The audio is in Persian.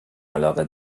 علاقه